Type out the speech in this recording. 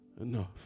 Enough